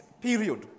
period